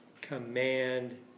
command